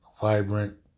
vibrant